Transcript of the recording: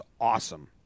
awesome